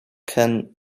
can